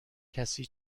کسی